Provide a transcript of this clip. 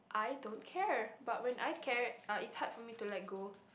I don't care but when I care uh it's hard for me to let go